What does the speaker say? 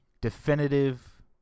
definitive